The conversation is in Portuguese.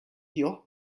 pior